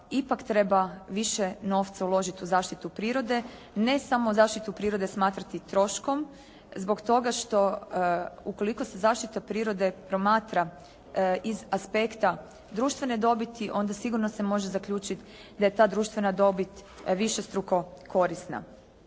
ipak treba više novca uložiti u zaštitu prirode. Ne samo zaštitu prirode smatrati troškom zbog toga što ukoliko se zaštita prirode promatra iz aspekta društvene dobiti onda sigurno se može zaključiti da je ta društvena dobit višestruko korisna.